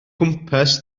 gwmpas